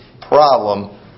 problem